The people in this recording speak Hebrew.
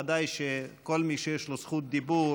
ודאי שכל מי שיש לו זכות דיבור,